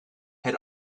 had